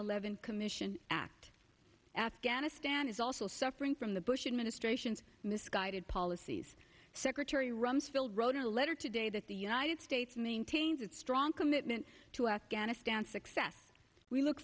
eleven commission act afghanistan is also suffering from the bush administration's misguided policies secretary rumsfeld wrote a letter today that the united states maintains its strong commitment to afghanistan success we look